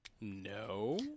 No